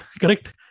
correct